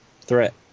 threat